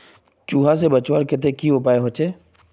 चूहा से बचवार केते की उपाय होचे?